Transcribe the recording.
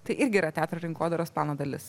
tai irgi yra teatro rinkodaros plano dalis